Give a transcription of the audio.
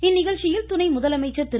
இந்நிகழ்ச்சியில் துணை முதலமைச்சா திரு